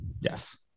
yes